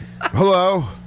Hello